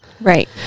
Right